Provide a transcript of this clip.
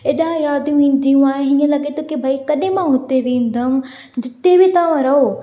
एॾा यादियूं ईंदियूं आहिनि हीअं लॻे थो कि भई कॾहिं मां हुते बीहंदमि जिते बि तव्हां रहो